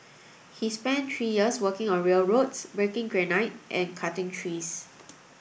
he spent three years working on railroads breaking granite and cutting trees